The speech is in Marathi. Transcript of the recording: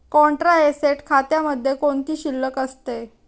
कॉन्ट्रा ऍसेट खात्यामध्ये कोणती शिल्लक असते?